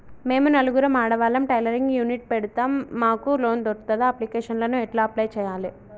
మేము నలుగురం ఆడవాళ్ళం టైలరింగ్ యూనిట్ పెడతం మాకు లోన్ దొర్కుతదా? అప్లికేషన్లను ఎట్ల అప్లయ్ చేయాలే?